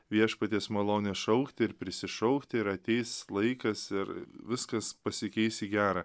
viešpaties malonės šaukti ir prisišaukti ir ateis laikas ir viskas pasikeis į gera